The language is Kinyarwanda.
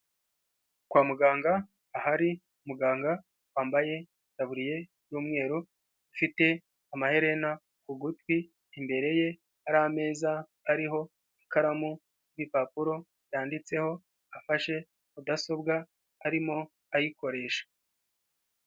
Kwa muganga ahari muganga wambaye itaburiye y'umweru ufite amaherena ku gutwi, imbere ye hari ameza ariho ikaramu n'ibipapuro yanditseho, afashe mudasobwa arimo ayikoresha.